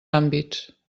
àmbits